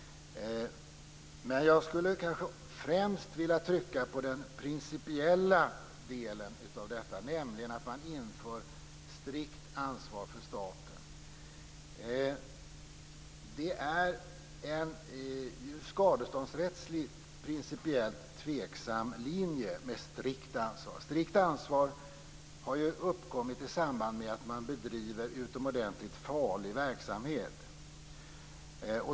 Det jag främst vill trycka på är den principiella delen av detta, nämligen att man inför strikt ansvar för staten. Det är en skadeståndsrättsligt principiellt tveksam linje med strikt ansvar. Strikt ansvar har ju uppkommit i samband med att man bedriver utomordentligt farlig verksamhet.